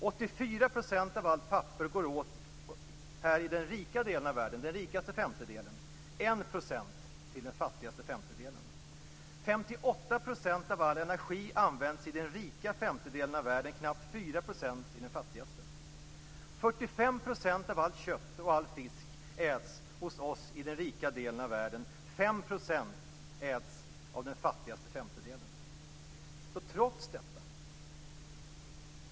· 84 % av allt papper går åt här i den rikaste femtedelen och 1 % i den fattigaste femtedelen. · 58 % av all energi används i den rika femtedelen och knappt 4 % i den fattigaste femtedelen. · 45 % av allt kött och all fisk äts hos oss i den rika delen av världen, och 5 % äts av den fattigaste femtedelen.